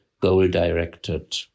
goal-directed